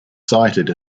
cited